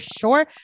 sure